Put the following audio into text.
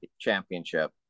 championship